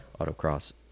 Autocross